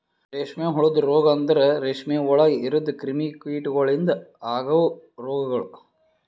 ರೇಷ್ಮೆ ಹುಳದ ರೋಗ ಅಂದುರ್ ರೇಷ್ಮೆ ಒಳಗ್ ಇರದ್ ಕ್ರಿಮಿ ಕೀಟಗೊಳಿಂದ್ ಅಗವ್ ರೋಗಗೊಳ್